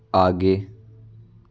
आगे